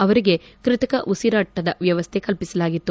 ಅವರಿಗೆ ಕೃತಕ ಉಸಿರಾಟದ ವ್ಲವಸ್ಥೆ ಕಲ್ಪಿಸಲಾಗಿತ್ತು